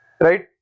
right